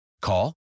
Call